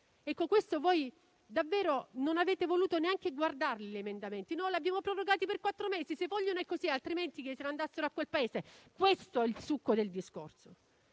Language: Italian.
a lavorare. Non avete voluto neanche guardarli gli emendamenti, dicendo: li abbiamo prorogati per quattro mesi. Se vogliono, è così, altrimenti se ne andassero a quel Paese. Questo è il succo del discorso.